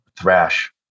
thrash